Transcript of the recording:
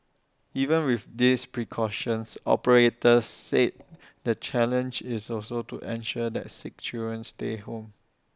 even with these precautions operators said the challenge is also to ensure that sick children stay home